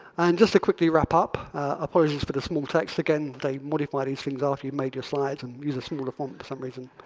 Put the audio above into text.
and just to quickly wrap up. apologies for the small text again. they modify these things after you've make your slides and used a smaller font for some reason.